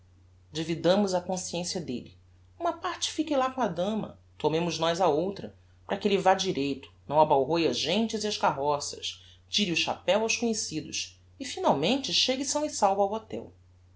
dividamos a consciencia delle uma parte fique lá com a dama tomemos nós a outra para que elle vá direito não abalroe as gentes e as carroças tire o chapeu aos conhecidos e finalmente chegue são e salvo ao hotel